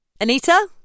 Anita